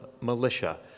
militia